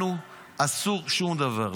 לנו אסור שום דבר.